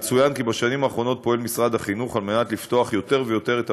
יצוין כי בשנים האחרונות משרד החינוך פועל לפתוח יותר ויותר את